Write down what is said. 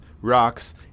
rocks